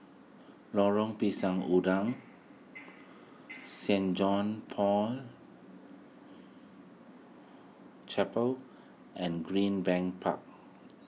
Lorong Pisang Udang Saint John's Paul Chapel and Greenbank Park